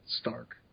Stark